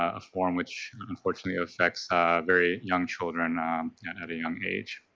ah a form which unfortunately affects very young children at a young age.